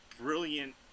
brilliant